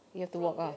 you have to walk ah